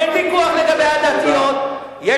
אין ויכוח לגבי הדתיות, תודה.